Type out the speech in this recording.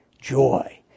Joy